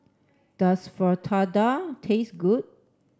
does Fritada taste good